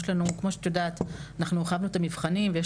כמו שאת יודעת אנחנו הרחבנו את המבחנים ויש